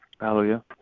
Hallelujah